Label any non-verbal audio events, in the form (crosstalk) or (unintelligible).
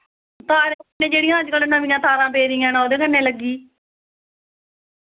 (unintelligible) जेह्ड़ियां अज्जकल नमियां तारां पेई दियां न ओह्दे कन्नै लग्गी